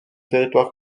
territoire